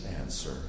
answer